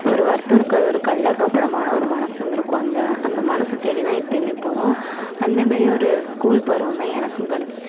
ஒரு வருத்தம் இருக்காது ஒரு கள்ளங்கபடமான ஒரு மனசும் இருந்துருக்கும் அந்த அந்த மனசத் தேடி தான் எப்பயுமே போகறோம் அந்த மாரி ஒரு ஸ்கூல் பருவம் தான் எனக்கும் கிடச்சிச்சு